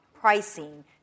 pricing